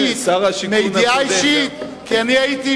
שר השיכון הקודם גם.